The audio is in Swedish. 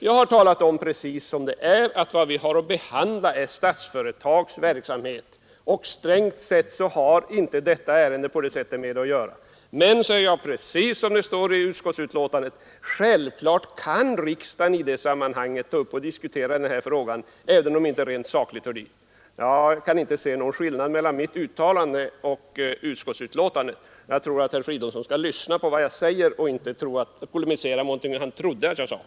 Jag har talat om precis som det är, att vad vi har att behandla är Statsföretags verksamhet, och strängt taget har inte detta ärende med det att göra. Men, säger jag precis som det står i utskottsbetänkandet, självfallet kan riksdagen i det sammanhanget ta upp och diskutera denna fråga även om den inte rent sakligt hör dit. Jag kan inte se någon skillnad mellan mitt uttalande och utskottsbetänkandet. Jag tror att herr Fridolfsson skall lyssna på vad jag säger och inte polemisera mot någonting som han trodde att jag sade.